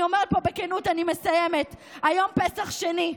אני אומרת פה בכנות, אני מסיימת: היום פסח שני.